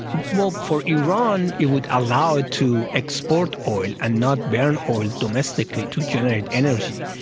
well for iran, it would allow it to export oil and not burn oil domestically to generate energy,